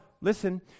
listen